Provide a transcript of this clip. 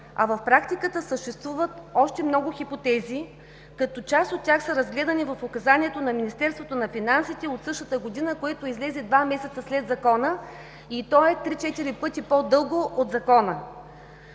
В практиката съществуват още много хипотези като част от тях са разгледани в указанието на Министерството на финансите от същата година, което излезе два месеца след Закона, и то е 3 – 4 пъти по-дълго от Закона.